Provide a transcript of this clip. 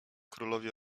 królowie